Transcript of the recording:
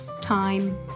time